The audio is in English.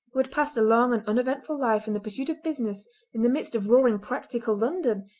who had passed a long and uneventful life in the pursuit of business in the midst of roaring, practical london,